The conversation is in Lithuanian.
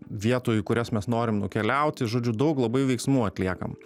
vietų į kurias mes norim nukeliauti žodžiu daug labai veiksmų atliekam